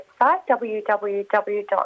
www